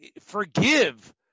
forgive